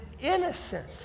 innocent